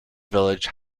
village